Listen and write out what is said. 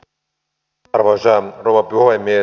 arvoisa rouva puhemies